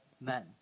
men